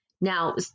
Now